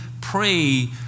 pray